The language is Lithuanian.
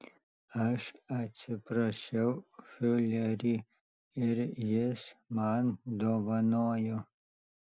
aš atsiprašiau fiurerį ir jis man dovanojo